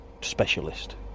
specialist